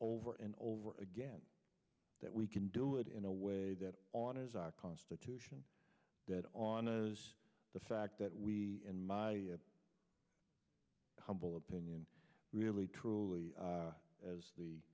over and over again that we can do it in a way that honors our constitution that the fact that we in my humble opinion really truly as the